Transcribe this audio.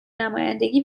نمایندگی